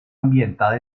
ambientada